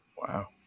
Wow